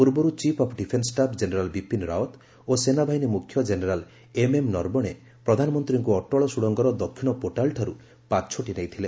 ପୂର୍ବରୁ chief of defence staff general Bipin Rawat ଓ ସେନାବାହିନୀ ମୁଖ୍ୟ ଜେନେରାଲ ଏମ୍ଏମ୍ ନରବଣେ ପ୍ରଧାନମନ୍ତ୍ରୀଙ୍କୁ ଅଟଳ ସୁଡଙ୍ଗର ଦକ୍ଷିଣ ପୋର୍ଟାଲଠାରୁ ପାଛୋଟି ନେଇଥିଲେ